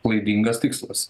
klaidingas tikslas